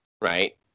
Right